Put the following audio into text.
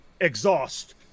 exhaust